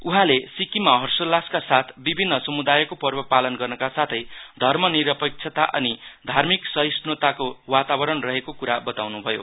उहाँले सिक्किममा हर्सोल्लासका साथ विभिन्न समुदायको पर्व पालन गर्नका साथै धर्म निरपेक्षता अनि धार्मिक महिष्णुताको वातावरण रहेको कुरा बताउनुभयो